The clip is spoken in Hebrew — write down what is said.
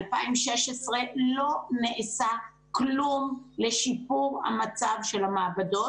מ-2016 לא נעשה כלום לשיפור המצב של המעבדות.